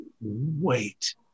wait